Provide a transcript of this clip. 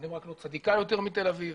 בני ברק לא צדיקה יותר מתל אביב.